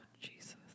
Jesus